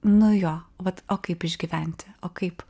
nuo jo vat o kaip išgyventi o kaip